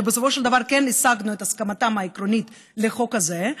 ובסופו של דבר כן השגנו את הסכמתם העקרונית לחוק הזה.